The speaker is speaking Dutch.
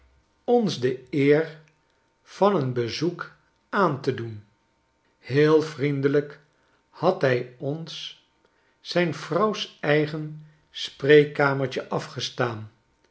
ons de eer van een bezoek aan te doen heel vriendelijk had hij ons zijn vrouws eigen spreekkamertje afgestaan